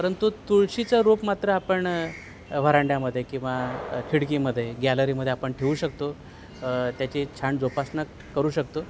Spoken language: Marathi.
परंतु तुळशीचा रोप मात्र आपण वरांड्यामध्ये किंवा खिडकीमध्ये गॅलरीमध्ये आपण ठेऊू शकतो त्याची छान जोपासना करू शकतो